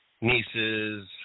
nieces